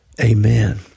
Amen